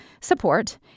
support